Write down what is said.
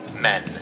men